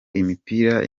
imipira